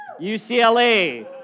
UCLA